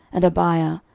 and abiah,